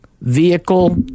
vehicle